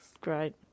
Great